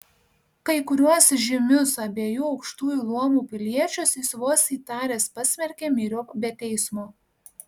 kai kuriuos žymius abiejų aukštųjų luomų piliečius jis vos įtaręs pasmerkė myriop be teismo